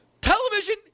television